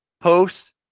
posts